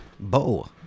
Bo